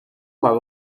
maar